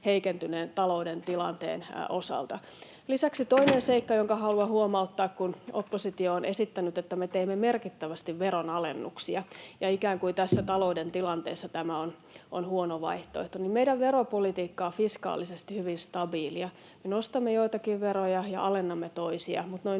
heikentyneen talouden tilanteen osalta. Lisäksi toinen seikka, jonka haluan huomauttaa, että kun oppositio on esittänyt, että me teemme merkittävästi veronalennuksia ja ikään kuin tässä talouden tilanteessa tämä on huono vaihtoehto, niin meidän veropolitiikkamme on fiskaalisesti hyvin stabiilia. Me nostamme joitakin veroja ja alennamme toisia, mutta noin